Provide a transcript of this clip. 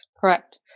Correct